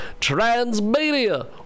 Transmedia